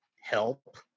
help